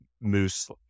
Moose